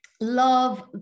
love